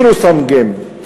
Zero-sum game.